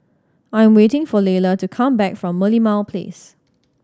I am waiting for Layla to come back from Merlimau Place